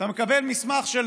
אתה מקבל מסמך של